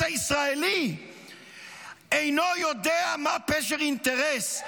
הישראלי אינו יודע מה פשר אינטרס.